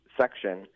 section